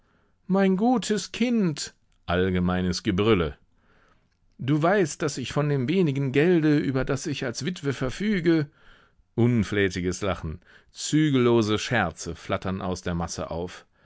mein gutes kind allgemeines gebrülle du weißt daß ich von dem wenigen gelde über das ich als witwe verfüge unflätiges lachen zügellose scherze flattern aus der masse auf